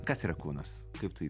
kas yra kūnas kaip tu